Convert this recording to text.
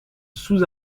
sous